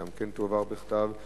גם כן תועבר בכתב,